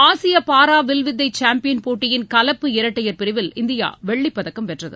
ஆசிய பாரா வில்வித்தை சாம்பியன் போட்டியின் கலப்பு இரட்டையர் பிரிவில் இந்தியா வெள்ளிப் பதக்கம் வென்றது